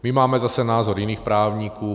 My máme zase názor jiných právníků.